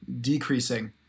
decreasing